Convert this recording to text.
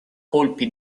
colpi